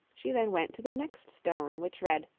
she then went to the next stone, which read